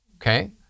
okay